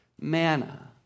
manna